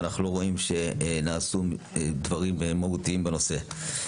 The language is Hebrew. ואנחנו לא רואים שנעשו דברים מהותיים בנושא.